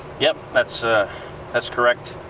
yep, that's ah that's correct.